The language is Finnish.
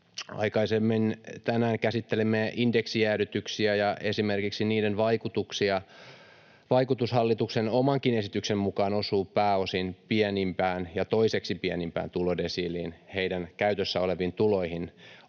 Aikaisemmin tänään käsittelimme indeksijäädytyksiä, ja esimerkiksi niiden vaikutus hallituksen omankin esityksen mukaan osuu pääosin pienimpään ja toiseksi pienimpään tulodesiiliin, näihin kuuluvien käytössä oleviin tuloihin. Oma tulkintani